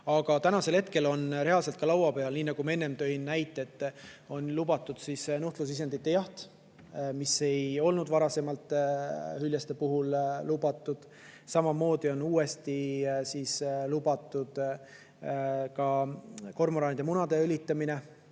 on. Täna on reaalselt laua peal see, nii nagu ma enne tõin näite, et on lubatud nuhtlusisendite jaht, mis ei olnud varasemalt hüljeste puhul lubatud. Samamoodi on uuesti lubatud kormoranide munade õlitamine.